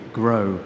grow